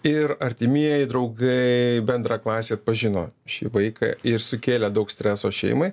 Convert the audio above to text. ir artimieji draugai bendraklasiai atpažino šį vaiką ir sukėlė daug streso šeimai